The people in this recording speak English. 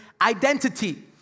identity